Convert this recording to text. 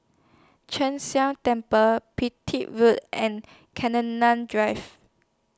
Sheng Jia Temple Pipit Road and Drive